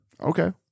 Okay